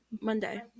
Monday